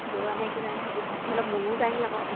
দুৱৰা মাইকী যাইনি সুধি চাম নহ'লে মুনু যায়নি আকৌ